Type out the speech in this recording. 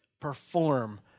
perform